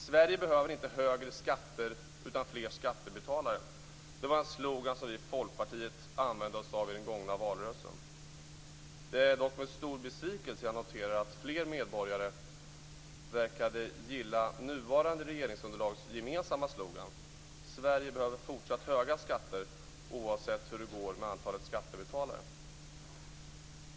Sverige behöver inte högre skatter, utan fler skattebetalare. Denna slogan använde vi i Folkpartiet oss av i den gångna valrörelsen. Det är dock med stor besvikelse som jag noterar att fler medborgare verkade gilla det nuvarande regeringsunderlagets gemensamma slogan: Sverige behöver fortsatt höga skatter, oavsett hur det går med antalet skattebetalare.